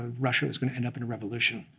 russia is going to end up in a revolution.